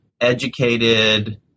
educated